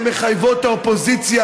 מחייבות את האופוזיציה,